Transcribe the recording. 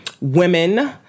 women